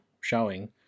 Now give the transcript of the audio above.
showing